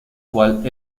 cual